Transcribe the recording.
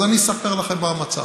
אז אני אספר לכם מה המצב.